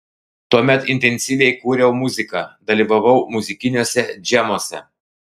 tuomet intensyviai kūriau muziką dalyvavau muzikiniuose džemuose